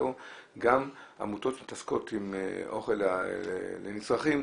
גם עמותות שמתעסקות עם אוכל לנצרכים,